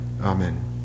Amen